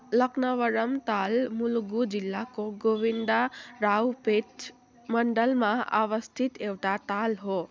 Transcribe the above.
लकनवरम ताल मुलुगु जिल्लाको गोविन्दरावपेट मण्डलमा अवस्थित एउटा ताल हो